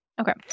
Okay